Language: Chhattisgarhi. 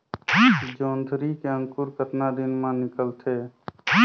जोंदरी के अंकुर कतना दिन मां निकलथे?